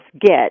get